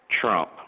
Trump